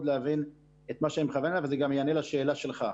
להבין את מה שאני מכוון אליו וזה גם יענה לשאלה שלך.